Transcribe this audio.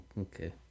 Okay